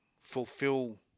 fulfill